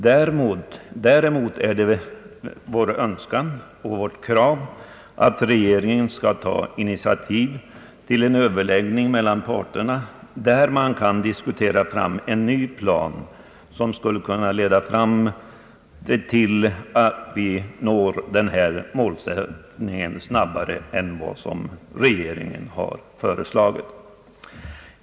Däremot är det vår önskan och vårt krav att regeringen skall ta initiativ till en överläggning mellan parterna där man kan diskutera fram en ny plan, som skulle kunna leda snabbare till målet än den plan som biståndsmyndigheterna nu arbetar efter.